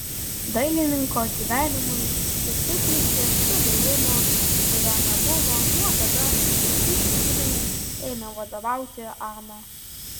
dailininko gyvenimui ji suteikė stabilumo kurio nebuvo nuo tada kai vištidei ėmė vadovauti ana